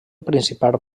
principal